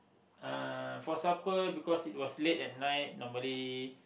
uh for supper because it was late at night normally